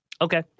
Okay